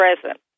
present